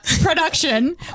production